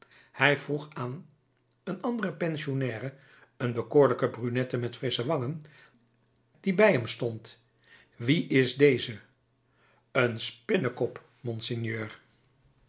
hij vroeg aan een andere pensionnaire een bekoorlijke brunette met frissche wangen die bij hem stond wie is deze een spinnekop monseigneur